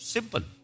Simple